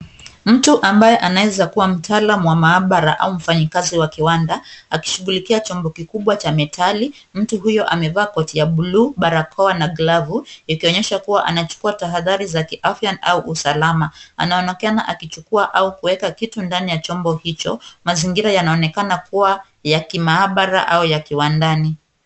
Mtu ambaye anaweza kuwa mtaalamu wa maabara au mfanyikazi wa kiwanda, akishughulikia chombo kikubwa cha metali. Mtu huyo amevaa koti ya blue , barakoa na glavu ikionyesha kuwa anachukua tahadhari za kiafya au usalama. Anaonekana akichukua au kuweka kitu ndani ya chombo hicho. Mazingira yanaonekana kuwa ya kimaabara au ya kiwandani.